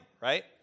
right